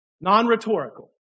Non-rhetorical